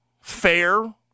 fair